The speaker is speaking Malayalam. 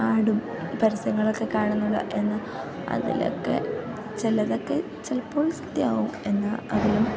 ആടും പരസ്യങ്ങളൊക്കെ കാണുന്നത് എന്ന അതിലൊക്കെ ചിലതൊക്കെ ചിലപ്പോൾ സത്യമാകും എന്നാൽ അതിലും